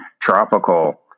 tropical